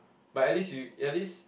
but at least you at least